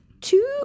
two